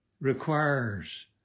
requires